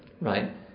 right